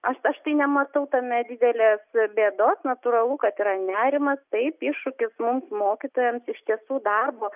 aš aš tai nematau tame didelės bėdos natūralu kad yra nerimas taip iššūkis mums mokytojams iš tiesų darbo